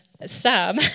Sam